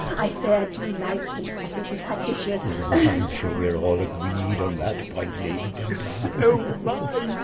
i say, i do like him. i think he's quite dishy. i'm sure we're all agreed on that point, lady oh my